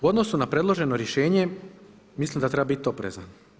U odnosu na predloženo rješenje mislim da treba biti oprezan.